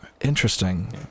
Interesting